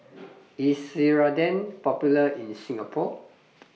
IS Ceradan Popular in Singapore